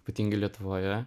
ypatingai lietuvoje